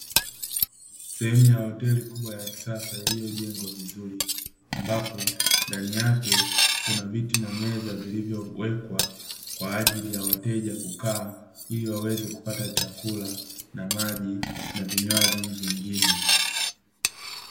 Sehemu ya hoteli kubwa ya kisasa, iliyojengwa vizuri ambapo ndani yake kuna viti na meza vilivyowekwa kwa ajili ya wateja kukaa ili waweze kupata chakula na maji na vinywaji vingine.